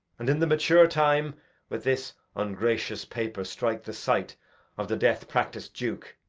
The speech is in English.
and in the mature time with this ungracious paper strike the sight of the death-practis'd duke,